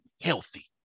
healthy